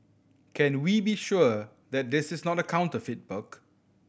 can we be sure that this is not a counterfeit book